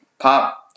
Pop